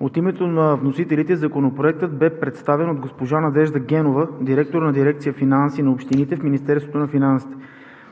От името на вносителите Законопроектът бе представен от госпожа Надежда Генова – директор на дирекция „Финанси на общините“ в Министерството на финансите.